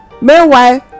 Meanwhile